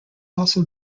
also